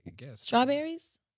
Strawberries